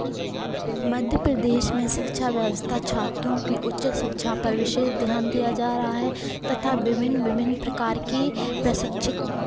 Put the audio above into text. मध्य प्रदेश में शिक्षा व्यवस्था छात्रों की उच्च शिक्षा पर विशेष ध्यान दिया जा रहा है तथा विभिन्न विभिन्न प्रकार के प्रशिक्षिक